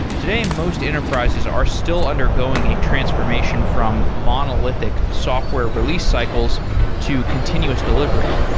today, most enterprises are still undergoing a transformation from monolithic software release cycles to continuous delivery.